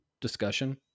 discussion